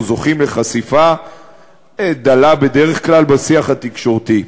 או זוכים לחשיפה דלה בדרך כלל בשיח התקשורתי.